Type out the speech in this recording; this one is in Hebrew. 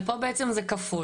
אבל פה בעצם זה כפול,